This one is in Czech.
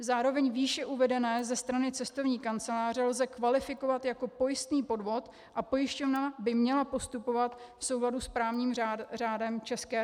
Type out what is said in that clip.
Zároveň výše uvedené ze strany cestovní kanceláře lze kvalifikovat jako pojistný podvod a pojišťovna by měla postupovat v souladu s právním řádem České republiky.